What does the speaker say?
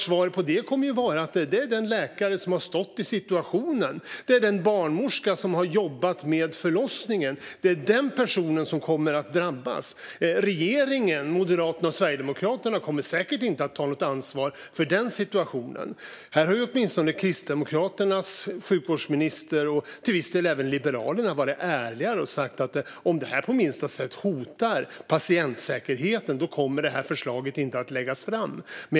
Svaret på det kommer ju att vara att det är den läkare som har befunnit sig i situationen eller den barnmorska som har jobbat med förlossningen som kommer att drabbas. Regeringen - eller Moderaterna och Sverigedemokraterna - kommer säkert inte att ta något ansvar för den situationen. Här har åtminstone Kristdemokraternas sjukvårdsminister och till viss del även Liberalerna varit ärligare och sagt att detta förslag inte kommer att läggas fram om det på minsta sätt hotar patientsäkerheten.